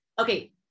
okay